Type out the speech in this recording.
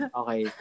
okay